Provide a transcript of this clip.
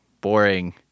boring